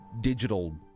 digital